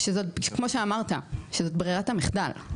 כמו שאמרת, שזה ברירת המחדל.